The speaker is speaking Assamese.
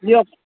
দিয়ক